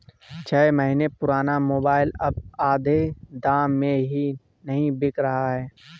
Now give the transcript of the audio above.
छह महीने पुराना मोबाइल अब आधे दाम में भी नही बिक रहा है